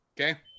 Okay